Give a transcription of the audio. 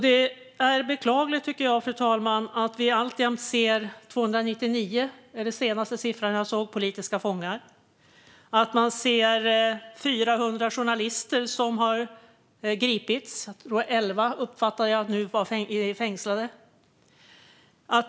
Det är beklagligt, tycker jag, fru talman, att vi alltjämt ser 299 - det är den senaste siffran som jag sett - politiska fångar och att 400 journalister har gripits, varav jag uppfattar att 11 nu är fängslade.